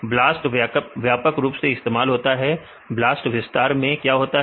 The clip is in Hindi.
BLAST व्यापक रूप से इस्तेमाल होता है BLAST विस्तार में क्या होता है